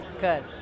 Good